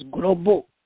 global